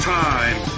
time